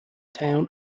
town